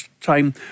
time